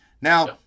Now